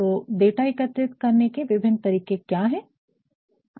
तो डाटा एकत्रित करने के विभिन्न तरीके क्या है